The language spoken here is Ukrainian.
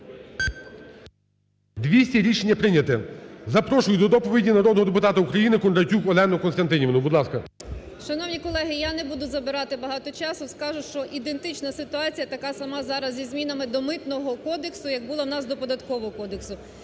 200. Рішення прийняте. Запрошую до доповіді народного депутата України Кондратюк Олену Костянтинівну. Будь ласка. 13:31:56 КОНДРАТЮК О.К. Шановні колеги, я не буду забирати багато часу. Скажу, що ідентична ситуація така сама зараз із змінами до Митного кодексу, як було у нас до Податкового кодексу.